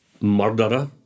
murderer